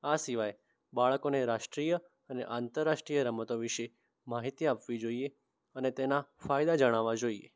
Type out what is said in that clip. આ સિવાય બાળકોને રાષ્ટ્રીય અને આંતરરાષ્ટ્રીય રમતો વિષે માહિતી આપવી જોઈએ અને તેના ફાયદા જણાવવા જોઈએ